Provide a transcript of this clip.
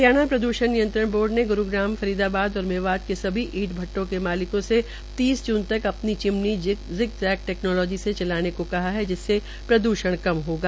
हरियाणा प्रद्रषण नियंत्रण बोर्ड के ग्रूग्राम फरीदाबाद और मेवात में सभी ईंट भट्टों के मालिकों से तीस जून तक अपनी चिमनी जिग जैक टैकनोलोजी से चलने को कहा है जिसमें प्रद्षण प्रद्षण कम होगा